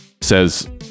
says